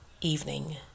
evening